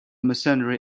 mercenary